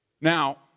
Now